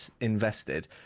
invested